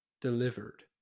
delivered